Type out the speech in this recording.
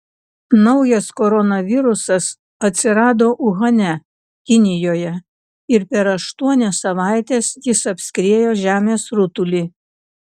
naujas koronavirusas atsirado uhane kinijoje ir per aštuonias savaites jis apskriejo žemės rutulį